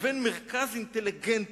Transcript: לבין מרכז אינטליגנטי,